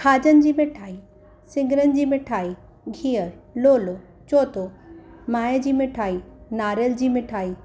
खाॼनि जी मिठाई सिङरनि जी मिठाई गिहर लोलो चोथो माएं जी मिठाई नारेल जी मिठाई